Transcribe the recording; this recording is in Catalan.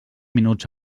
minuts